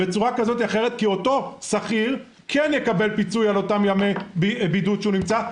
כי אותו שכיר כן יקבל פיצוי על ימי הבידוד שהוא נמצא בהם,